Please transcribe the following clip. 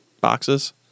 boxes